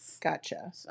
Gotcha